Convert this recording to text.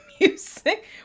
music